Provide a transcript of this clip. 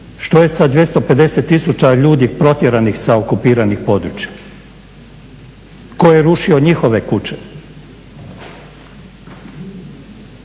Što je sa 250 tisuća ljudi protjeranih sa okupiranih područja? Tko je rušio njihove kuće?